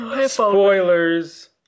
Spoilers